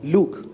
Luke